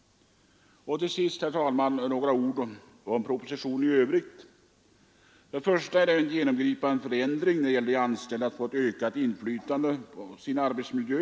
Till sist, herr talman, några ord om propositionen i övrigt. Den innebär först och främst den genomgripande förändringen att de anställda får ett ökat inflytande på sin arbetsmiljö.